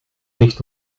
ligt